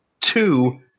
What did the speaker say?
Two